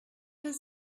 does